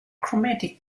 chromatic